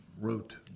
wrote